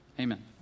Amen